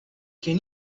can